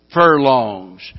furlongs